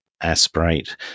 aspirate